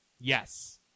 Yes